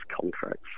contracts